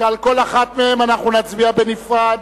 שעל כל אחת מהן אנחנו נצביע בנפרד.